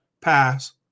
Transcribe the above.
pass